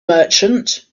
merchant